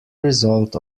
result